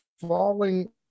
falling